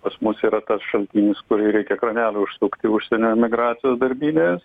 pas mus yra tas šaltinis kurį reikia kranelį užsukti užsienio emigracijos darbinės